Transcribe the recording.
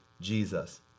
Jesus